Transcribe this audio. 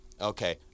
Okay